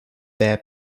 their